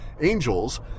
angels